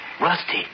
Rusty